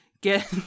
get